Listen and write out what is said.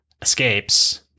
escapes